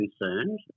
concerned